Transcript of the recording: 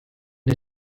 der